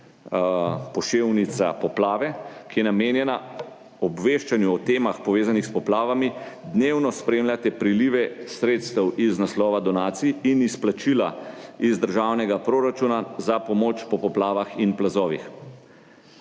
gov.si/poplave, ki je namenjena obveščanju o temah, povezanih s poplavami, dnevno spremljate prilive sredstev iz naslova donacij in izplačila iz državnega proračuna za pomoč po poplavah in plazovih.